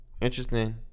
Interesting